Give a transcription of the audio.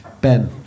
Ben